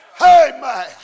Amen